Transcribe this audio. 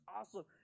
awesome